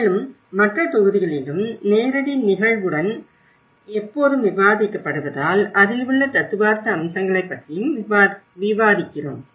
மேலும் மற்ற தொகுதிகளிலும் நேரடி நிகழ்வுகளுடன் எப்போதும் விவாதிக்கப்படுவதால் அதில் உள்ள தத்துவார்த்த அம்சங்களைப் பற்றியும் விவாதிக்கிறோம்